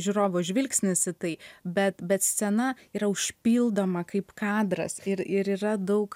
žiūrovo žvilgsnis į tai bet bet scena yra užpildoma kaip kadras ir ir yra daug